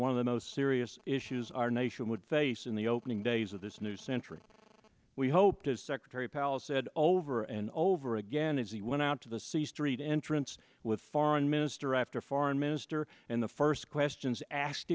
one of the most serious issues our nation would face in the opening days of this new century we hope as secretary powell said over and over again as he went out to the c street entrance with foreign minister after foreign minister and the first questions asked